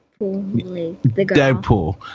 Deadpool